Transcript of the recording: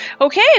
Okay